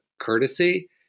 courtesy